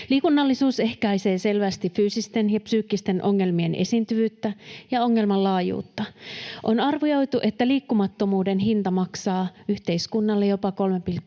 Liikunnallisuus ehkäisee selvästi fyysisten ja psyykkisten ongelmien esiintyvyyttä ja ongelman laajuutta. On arvioitu, että liikkumattomuuden hinta on yhteiskunnalle jopa 3,2